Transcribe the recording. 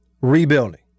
rebuilding